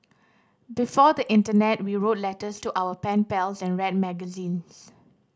before the internet we wrote letters to our pen pals and read magazines